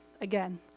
Again